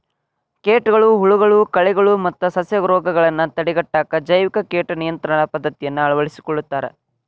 ಕೇಟಗಳು, ಹುಳಗಳು, ಕಳೆಗಳು ಮತ್ತ ಸಸ್ಯರೋಗಗಳನ್ನ ತಡೆಗಟ್ಟಾಕ ಜೈವಿಕ ಕೇಟ ನಿಯಂತ್ರಣ ಪದ್ದತಿಯನ್ನ ಅಳವಡಿಸ್ಕೊತಾರ